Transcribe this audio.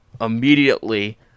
immediately